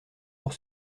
pour